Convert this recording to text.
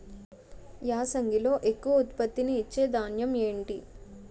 యాసంగిలో ఎక్కువ ఉత్పత్తిని ఇచే ధాన్యం ఏంటి?